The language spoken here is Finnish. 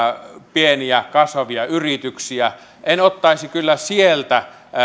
pieniä kasvavia yrityksiä en ottaisi kyllä sieltä